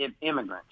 immigrants